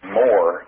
more